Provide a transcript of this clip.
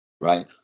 Right